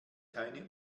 keine